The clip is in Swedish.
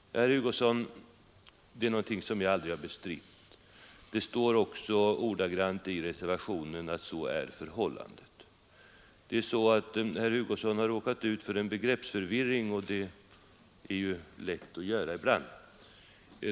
Det är, herr Hugosson, någonting som jag aldrig har bestritt. Det står också ordagrant i reservationen att så är förhållandet. Herr Hugosson har råkat ut för en begreppsförvirring, och sådant kan ju lätt hända ibland.